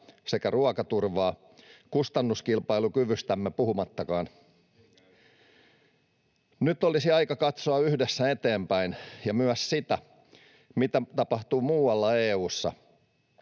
sekä ruokaturvaa, kustannuskilpailukyvystämme puhumattakaan. [Mikko Lundén: Ei käy!] Nyt olisi aika katsoa yhdessä eteenpäin ja myös sitä, mitä tapahtuu muualla EU:ssa.